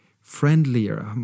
friendlier